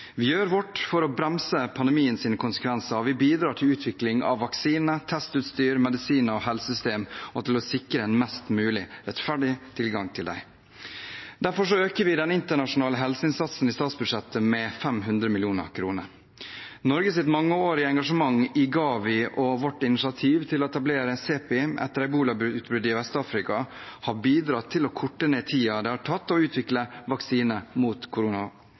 Vi gjør vårt for å bremse pandemiens konsekvenser, og vi bidrar til utvikling av vaksiner, testutstyr, medisiner og helsesystemer og til å sikre en mest mulig rettferdig tilgang til disse. Derfor øker vi den internasjonale helseinnsatsen i statsbudsjettet med 500 mill. kr. Norges mangeårige engasjement i Gavi og vårt initiativ til å etablere CEPI etter ebolautbruddet i Vest-Afrika har bidratt til å korte ned tiden det har tatt å utvikle vaksiner mot